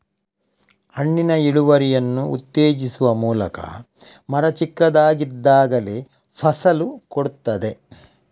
ಹಣ್ಣಿನ ಇಳುವರಿಯನ್ನು ಉತ್ತೇಜಿಸುವ ಮೂಲಕ ಮರ ಚಿಕ್ಕದಾಗಿದ್ದಾಗಲೇ ಫಸಲು ಕೊಡ್ತದೆ